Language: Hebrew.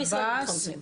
המשרד לביטחון פנים.